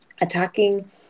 attacking